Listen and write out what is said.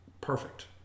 perfect